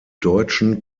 deutschen